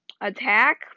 attack